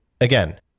again